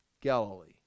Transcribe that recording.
Galilee